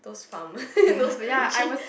those farm those Kranji